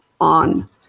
on